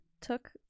took